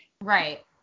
right